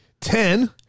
Ten